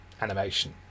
animation